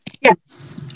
Yes